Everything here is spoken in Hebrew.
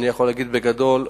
אני יכול להגיד בגדול,